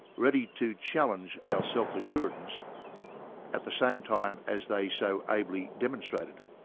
ready to challenge our self-assuredness at the same time as they so ably demonstrated it!